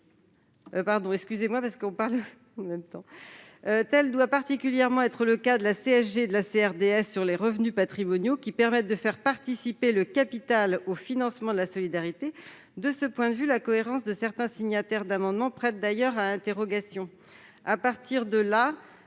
mais aussi aux étrangers installés en France. Tel doit particulièrement être le cas de la CSG et de la CRDS sur les revenus patrimoniaux, qui permettent de faire participer le capital au financement de la solidarité. De ce point de vue, la cohérence de certains signataires d'amendements prête d'ailleurs à interrogation.